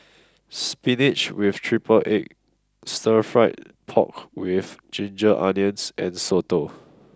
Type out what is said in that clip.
spinach with triple egg stir fried pork with ginger onions and soto